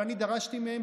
אבל אני דרשתי מהם,